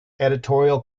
editorial